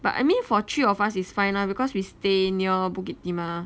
but I mean for three of us is fine lah because we stay near bukit timah